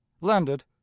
landed